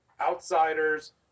outsiders